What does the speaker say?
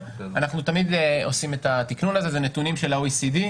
תמיד אנחנו עושים את זה, זה נתונים של ה-OECD.